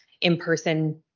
in-person